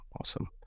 awesome